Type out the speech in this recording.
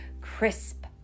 Crisp